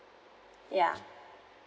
ya